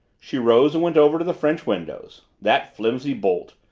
she rose and went over to the french windows. that flimsy bolt!